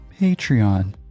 patreon